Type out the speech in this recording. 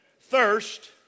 thirst